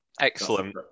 Excellent